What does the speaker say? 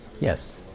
Yes